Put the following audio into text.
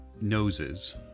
noses